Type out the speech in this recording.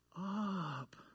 up